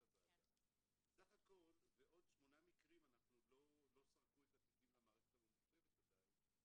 הוועדה; ועוד שמונה מקרים עוד לא סרקו את התיקים למערכת הממוחשבת עדיין,